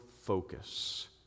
focus